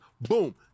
Boom